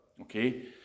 Okay